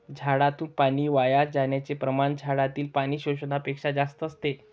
झाडातून पाणी वाया जाण्याचे प्रमाण झाडातील पाणी शोषण्यापेक्षा जास्त असते